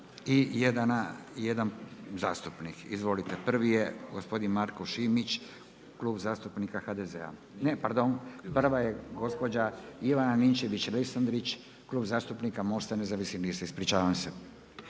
i jedan zastupnik. Izvolite, prvi je gospodin Marko Šimić Klub zastupnika HDZ-a. Pardon. Prva je gospođa Ivana Ninčević-Lesandrić Klub zastupnika MOST-a nezavisnih lista. Ispričavam se.